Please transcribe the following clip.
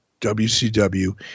wcw